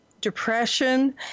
depression